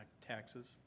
taxes